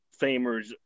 Famers